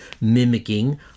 mimicking